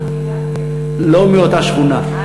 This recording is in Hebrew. לא מאותה שכונה.